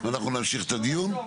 ואנחנו נמשיך את הדיון.